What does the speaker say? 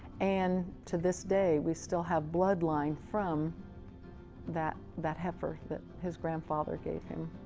and to this day we still have bloodline from that that heifer that his grandfather gave him.